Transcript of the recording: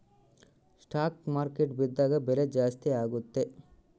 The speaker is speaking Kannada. ಸ್ಟಾಕ್ ಮಾರ್ಕೆಟ್ ಬಿದ್ದಾಗ ಬೆಲೆ ಜಾಸ್ತಿ ಆಗುತ್ತೆ